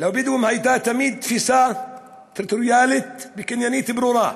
לבדואים הייתה תמיד תפיסה טריטוריאלית וקניינית ברורה,